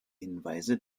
hinweise